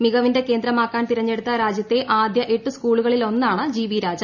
മികവിന്റെ കേന്ദ്രമാ ക്കാൻ തിരഞ്ഞെടുത്ത രാജ്യത്തെ ആദ്യ എട്ട് സ്കൂളുകളി ലൊന്നാണ് ജി വി രാജ